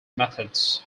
methods